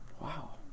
wow